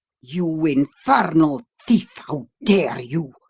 you infernal thief, how dare you?